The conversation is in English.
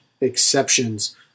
exceptions